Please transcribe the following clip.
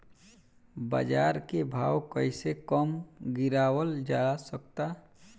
बाज़ार के भाव कैसे कम गीरावल जा सकता?